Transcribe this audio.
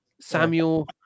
Samuel